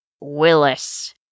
Willis